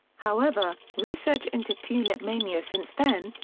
however, research into tulip mania since then,